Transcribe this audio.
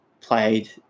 played